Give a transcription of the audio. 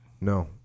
No